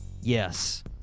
Yes